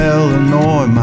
Illinois